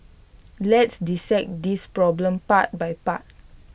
let's dissect this problem part by part